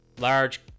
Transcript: large